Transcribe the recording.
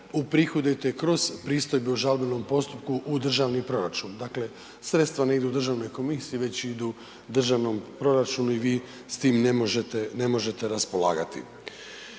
uprihodujete i kroz pristojbe u žalbenom postupku u državni proračun, dakle sredstva ne idu državnoj komisiji, već idu državnom proračunu i vi s tim ne možete, ne možete